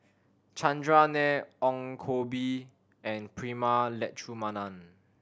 Chandran Nair Ong Koh Bee and Prema Letchumanan